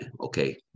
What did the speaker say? Okay